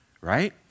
right